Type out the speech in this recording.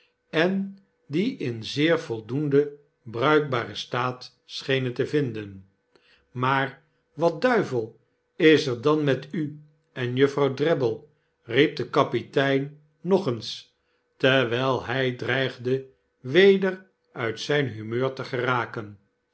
en die inzeer voldoendenbruikbarenstaat schenen te vinden maar wat duivel is er dan met u en juffrouw drabble riep de kapitein nog eens terwyl hij dreigde weder uit zyn humeur te geraken